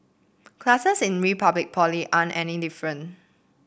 classes in Republic Poly aren't any different